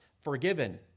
forgiven